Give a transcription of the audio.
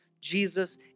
Jesus